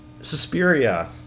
Suspiria